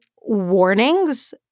warnings